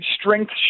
strength